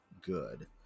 good